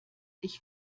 ich